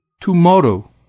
Tomorrow